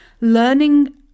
Learning